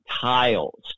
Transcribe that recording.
tiles